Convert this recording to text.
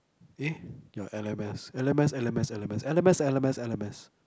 eh ya L_M_S L_M_S L_M_S L_M_S L_M_S L_M_S L_M_S